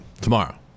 Tomorrow